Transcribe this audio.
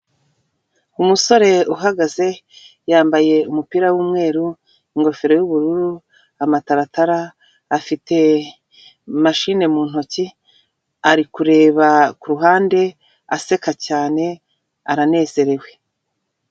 Umusore uhagaze yambaye umupira w'umweru ingofero y'ubururu amataratara, afite mahine mu ntoki, ari kureba kuruhande aseka cyane aranezerewe.